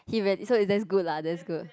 he so that's good lah that's good